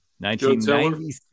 1997